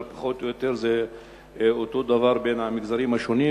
אבל זה פחות או יותר אותו דבר במגזרים השונים,